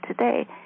today